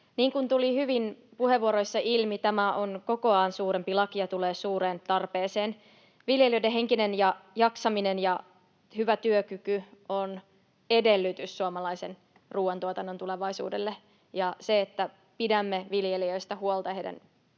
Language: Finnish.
Niin kuin tuli hyvin puheenvuoroissa ilmi, tämä on kokoaan suurempi laki ja tulee suureen tarpeeseen. Viljelijöiden henkinen jaksaminen ja hyvä työkyky ovat edellytyksiä suomalaisen ruuantuotannon tulevaisuudelle. Se, että pidämme viljelijöistä huolta ja heidän